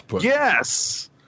Yes